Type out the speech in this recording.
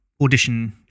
Audition